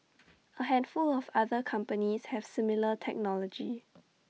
A handful of other companies have similar technology